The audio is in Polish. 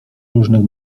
różnych